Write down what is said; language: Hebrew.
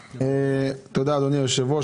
תודה, אדוני היושב-ראש.